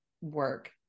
work